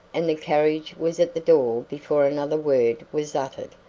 and the carriage was at the door before another word was uttered.